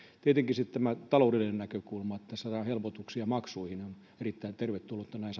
tietenkin sitten tämä taloudellinen näkökulma että saadaan helpotuksia maksuihin on erittäin tervetullutta näin